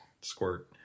squirt